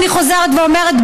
אני חוזרת ואומרת,